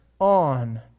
on